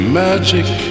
magic